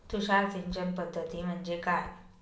तुषार सिंचन पद्धती म्हणजे काय?